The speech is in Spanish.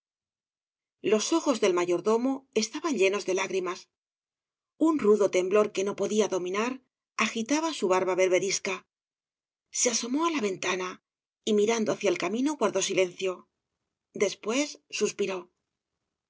los ojos del mayordomo estaban llenos de lágrimas un rudo temblor que no podía dominar agitaba su barba berberisca se asomó á la ventana y mirando hacia el camino guardó silencio después suspiró